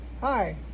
Hi